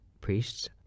priests